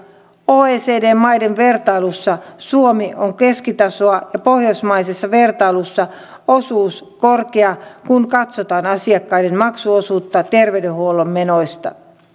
oecd maiden vertailussa suomi on keskitasoa ja pohjoismaisessa vertailussa osuus on korkea kun katsotaan asiakkaiden maksuosuutta terveydenhuollon menoista